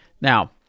Now